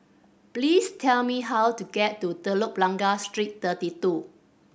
please tell me how to get to Telok Blangah Street Thirty Two